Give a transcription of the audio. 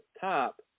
top